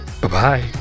Bye-bye